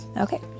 okay